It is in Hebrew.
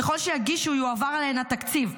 ככל שיגישו, יועבר אליהן התקציב.